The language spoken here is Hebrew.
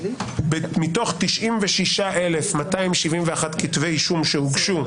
מתוך 96,271 כתבי אישום שהוגשו,